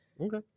Okay